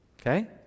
okay